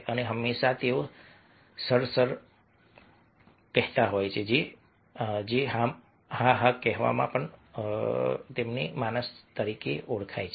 અને હંમેશા તેઓ હા સર હા સર હા મેન હોય છે જેને હા માણસ કહેવાય છે